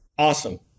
Awesome